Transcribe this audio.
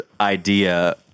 idea